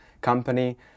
company